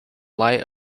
light